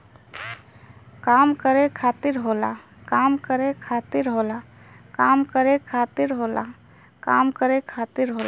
काम करे खातिर होला